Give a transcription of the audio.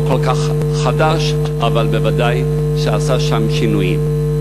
כל כך חדש אבל בוודאי עשה שם שינויים.